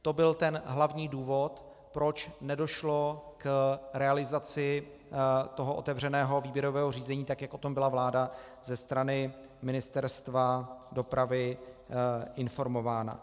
To byl ten hlavní důvod, proč nedošlo k realizaci toho otevřeného výběrového řízení, tak jak o tom byla vláda ze strany Ministerstva dopravy informována.